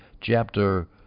chapter